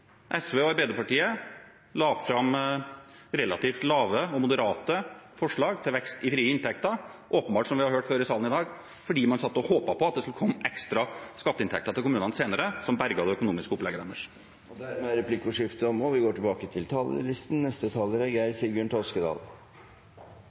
SV og Arbeiderpartiet la fram relativt lave og moderate forslag til vekst i frie inntekter, åpenbart – som vi har hørt før i salen i dag – fordi man satt og håpet på at det skulle komme ekstra skatteinntekter til kommunene senere som berget det økonomiske opplegget deres. Replikkordskiftet er dermed omme. Jeg vil begynne med å takke regjeringspartiene og